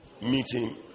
meeting